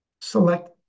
select